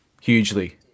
hugely